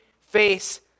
face